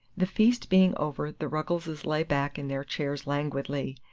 the feast being over, the ruggleses lay back in their chairs languidly,